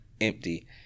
Empty